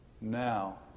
now